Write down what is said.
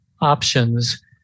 options